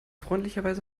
freundlicherweise